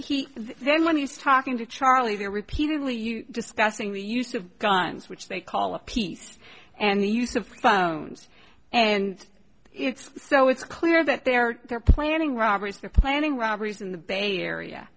he then when you talking to charlie there repeatedly you discussing the use of guns which they call a peace and the use of phones and it's so it's clear that they're they're planning robberies they're planning robberies in the bay area